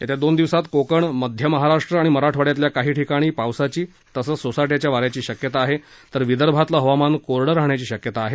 येत्या दोन दिवसात कोकण मध्य महाराष्ट्र आणि मराठवाडयातल्या काही ठिकाणी पावसाची तसंच सोसाट्याच्या वा याची शक्यता आहे तर विदर्भातलं हवामान कोरडं राहण्याची शक्यता आहे